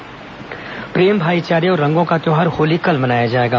होलिका दहन प्रेम भाईचारे और रंगों का त्यौहार होली कल मनाया जाएगा